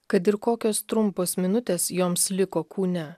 kad ir kokios trumpos minutės joms liko kūne